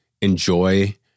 enjoy